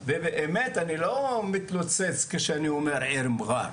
ובאמת אני לא מתלוצץ כשאני אומר העיר מע'אר,